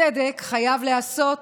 צדק חייב להיעשות,